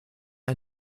mir